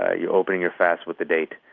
ah you're opening your fast with a date.